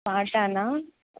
భాషానా